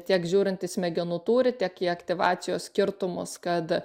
tiek žiūrint į smegenų turį tiek į aktyvacijos skirtumus kad